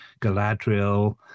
Galadriel